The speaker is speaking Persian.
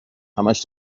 همش